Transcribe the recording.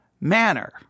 manner